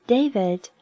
David